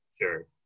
Sure